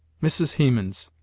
mrs. hemans,